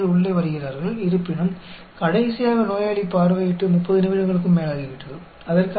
हालांकि अंतिम रोगी को दौरा किए हुए 30 मिनट से अधिक समय हो चुका है उसके लिए प्रोबेबिलिटी क्या है